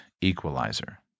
equalizer